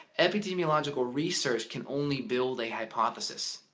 epidemiological research can only build a hypothesis.